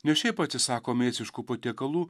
ne šiaip atsisako mėsiškų patiekalų